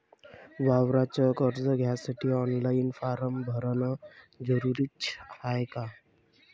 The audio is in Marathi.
वावराच कर्ज घ्यासाठी ऑनलाईन फारम भरन जरुरीच हाय का?